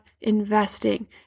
investing